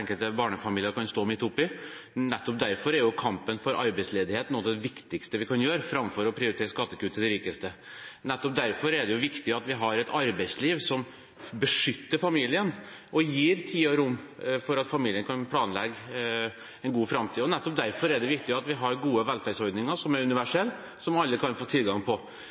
enkelte barnefamilier kan stå midt oppe i. Nettopp derfor er å ta kampen mot arbeidsledighet noe av det viktigste vi kan gjøre, framfor å prioritere skattekutt til de rikeste. Nettopp derfor er det viktig at vi har et arbeidsliv som beskytter familien og gir tid og rom for at familien kan planlegge en god framtid. Og nettopp derfor er det viktig at vi har gode velferdsordninger som er universelle, som alle kan få tilgang